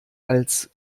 als